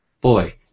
boy